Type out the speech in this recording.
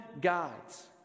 gods